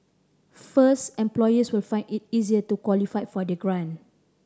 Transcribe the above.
first employers will find it easier to qualify for the grant